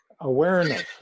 awareness